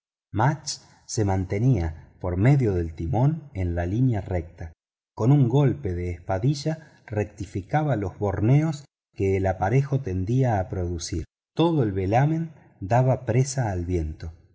mudge se mantenía por medio del timón en la línea recta y con un golpe de espadilla rectificaba los borneos que el aparejo tendía a producir todo el velamen daba presa al viento